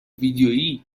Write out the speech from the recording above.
ویدیویی